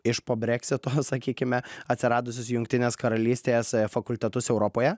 iš po breksito sakykime atsiradusius jungtinės karalystės ė fakultetus europoje